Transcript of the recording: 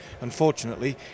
Unfortunately